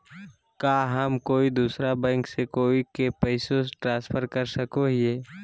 का हम कोई दूसर बैंक से कोई के पैसे ट्रांसफर कर सको हियै?